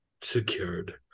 secured